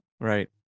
right